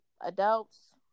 adults